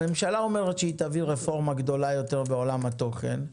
הממשלה אומרת שהיא תביא רפורמה גדולה יותר בעולם התוכן.